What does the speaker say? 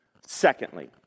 secondly